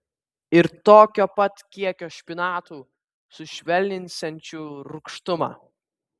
ir tokio pat kiekio špinatų sušvelninsiančių rūgštumą